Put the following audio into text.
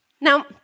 Now